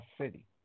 city